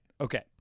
Okay